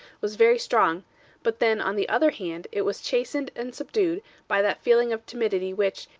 was very strong but then, on the other hand, it was chastened and subdued by that feeling of timidity which,